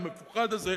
המפוחד הזה,